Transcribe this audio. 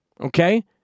Okay